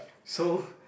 so